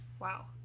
Wow